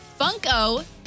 Funko